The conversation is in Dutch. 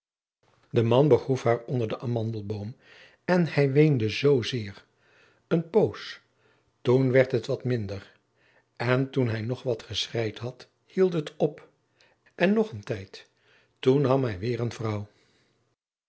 de man begroef haar onder den amandelboom en hij weende zoo zeer een poos toen werd het wat minder en toen hij nog wat geschreid had hield het op en nog een tijd toen nam hij weêr een vrouw